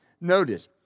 Notice